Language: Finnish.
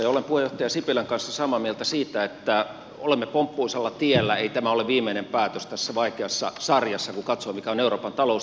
olen puheenjohtaja sipilän kanssa samaa mieltä siitä että olemme pomppuisella tiellä ei tämä ole viimeinen päätös tässä vaikeassa sarjassa kun katsoo mikä on euroopan taloustilanne